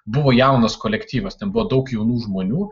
buvo jaunas kolektyvas ten buvo daug jaunų žmonių